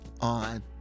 on